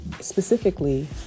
specifically